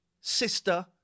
sister